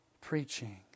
preaching